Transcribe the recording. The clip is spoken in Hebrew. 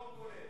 שלום כולל.